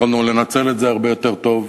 יכולנו לנצל את זה הרבה יותר טוב.